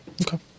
Okay